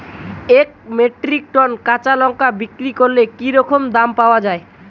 এক metric ton কাঁচা লঙ্কা বিক্রি করলে কি রকম দাম পাওয়া যাবে?